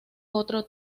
otro